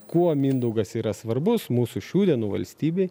kuo mindaugas yra svarbus mūsų šių dienų valstybei